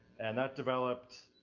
and that developed